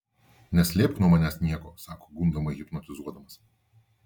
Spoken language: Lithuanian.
neslėpk nuo manęs nieko sako gundomai hipnotizuodamas